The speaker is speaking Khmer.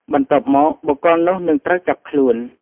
បន្ទាប់មក បុគ្គលនោះនឹងត្រូវចាប់ខ្លួន។